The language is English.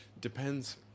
Depends